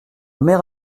mère